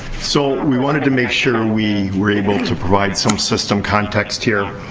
so, we wanted to make sure we were able to provide some system context here.